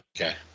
Okay